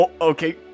Okay